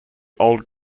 old